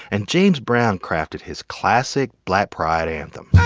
and james brown crafted his classic black pride anthem